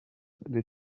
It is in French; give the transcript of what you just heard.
les